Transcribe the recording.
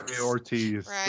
Ortiz